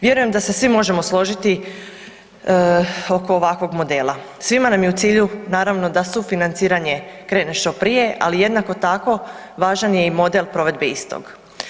Vjerujem da se svi možemo složiti oko ovakvog modela, svima nam je u cilju naravno da sufinanciranje krene što prije, ali jednako tako važan je i model provedbe istog.